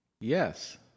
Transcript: Yes